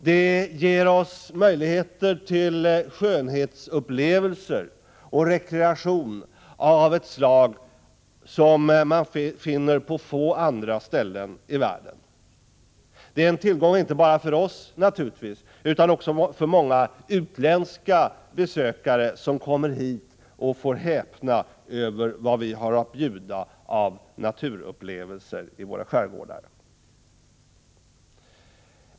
Den ger oss möjligheter till skönhetsupplevelser och rekreation av ett slag som man finner på få andra ställen i världen. Det är en tillgång inte bara för oss, utan naturligtvis också för många utländska besökare, som kommer hit och häpnar över vad vi har att bjuda av naturupplevelser i våra skärgårdar.